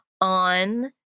on